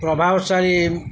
ପ୍ରଭାବଶାଳୀ